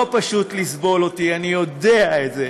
לא פשוט לסבול אותי, אני יודע את זה.